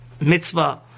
mitzvah